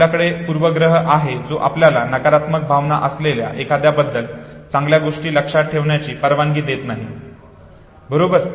आपल्याकडे पूर्वाग्रह आहे जो आपल्याला नकारात्मक भावना असलेल्या एखाद्याबद्दल चांगल्या गोष्टी लक्षात ठेवण्याची परवानगी देत नाही बरोबर